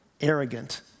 arrogant